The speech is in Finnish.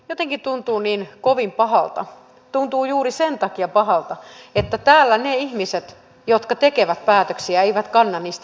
jotenkin tuntuu niin kovin pahalta tuntuu juuri sen takia pahalta että täällä ne ihmiset jotka tekevät päätöksiä eivät kanna niistä minkäänlaista vastuuta